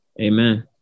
Amen